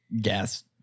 gas